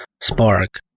Spark